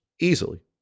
Easily